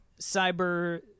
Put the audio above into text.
cyber